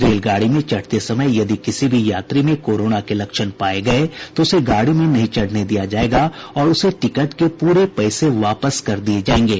रेलगाड़ी में चढ़ते समय भी यदि किसी यात्री में कोरोना के लक्षण पाये गये तो उसे गाड़ी में नहीं चढ़ने दिया जायेगा और उसे टिकट के पूरे पैसे वापस कर दिये जायेंगे